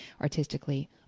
artistically